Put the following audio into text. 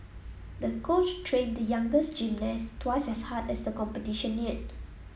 the coach trained the youngest gymnast twice as hard as the competition neared